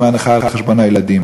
אמר: אני חי על חשבון הילדים.